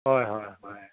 হয় হয় হয়